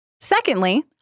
Secondly